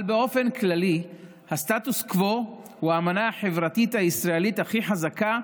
אבל באופן כללי הסטטוס קוו הוא האמנה החברתית הישראלית הכי חזקה,